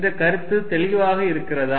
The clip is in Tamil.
இந்தக் கருத்து தெளிவாக இருக்கிறதா